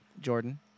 Jordan